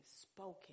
spoken